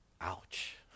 Ouch